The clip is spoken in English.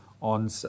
on